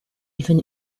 even